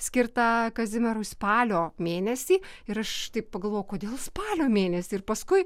skirtą kazimierui spalio mėnesį ir aš tai pagalvojau kodėl spalio mėnesį ir paskui